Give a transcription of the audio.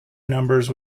numbers